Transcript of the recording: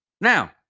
Now